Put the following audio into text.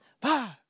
five